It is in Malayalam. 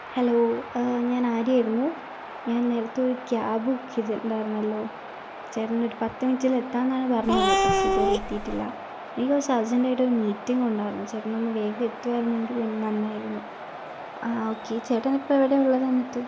ഹലോ ഞാൻ ആര്യ ആയിരുന്നു ഞാൻ നേരത്തെയൊരു ക്യാബ് ബുക്ക് ചെയ്തിട്ടുണ്ടായിരുന്നല്ലോ ചെട്ടനൊരു പത്ത് മിനിറ്റിൽ എത്താന്നാണ് പറഞ്ഞത് പക്ഷേ ഇതുവരെ എത്തിട്ടില്ല എനിക്ക് കുറച്ചു ജെന്റായിട്ട് ഒരു മീറ്റിങ്ങുണ്ടാർന്ന് വേഗം എത്തുവായിരുന്നെങ്കിൽ നന്നായിരുന്നു അതെ ഓക്കെ ചേട്ടനിപ്പോൾ എവിടെയാണ് ഉള്ളത് എന്നിട്ട്